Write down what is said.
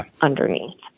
underneath